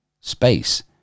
Space